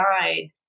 died